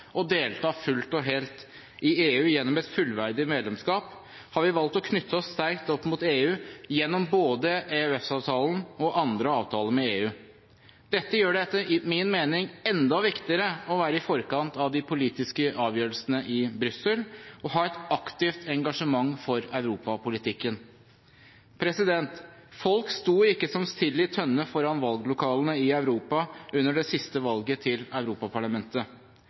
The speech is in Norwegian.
å delta fullt og helt i EU gjennom et fullverdig medlemskap, har vi valgt å knytte oss sterkt opp mot EU gjennom både EØS-avtalen og andre avtaler med EU. Dette gjør det etter min mening enda viktigere å være i forkant av de politiske avgjørelsene i Brussel og ha et aktivt engasjement for europapolitikken. Folk sto ikke som sild i tønne foran valglokalene i Europa under det siste valget til Europaparlamentet.